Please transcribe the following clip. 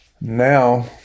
Now